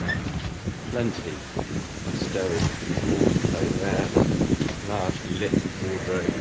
and plenty of stowage and drawers below there, a large lit wardrobe